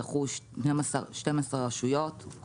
זכו 12 רשויות,